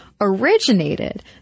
originated